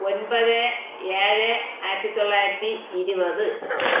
ഒൻപത് ഏഴ് ആയിരത്തി തൊള്ളായിരത്തി ഇരുപത്